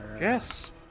Yes